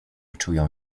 czują